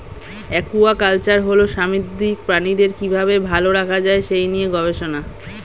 aquaculture হল সামুদ্রিক প্রাণীদের কি ভাবে ভালো রাখা যায় সেই নিয়ে গবেষণা